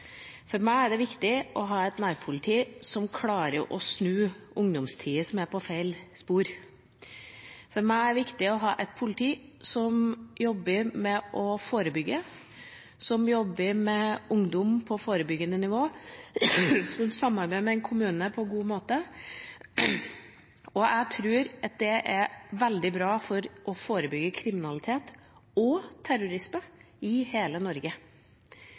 For meg er det viktig å ha et nærpoliti som klarer å snu ungdom som er på feil spor. For meg er det viktig å ha et politi som jobber med å forebygge, som jobber med ungdom på forebyggende nivå, som samarbeider med kommunen på en god måte. Jeg tror at det er veldig bra for å forebygge kriminalitet og terrorisme i hele Norge.